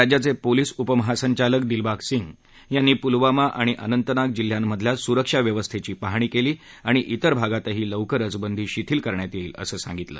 राज्याचे पोलिस उपमहासंचालक दिलबाग सिंग यांनी पुलवामा आणि अंनतनाग जिल्ह्यांमधल्या सुरक्षा व्यवस्थेची पाहणी केली आणि वेर भागातही लवकरच बंदी शिथिल करण्यात येईल असं सांगितलं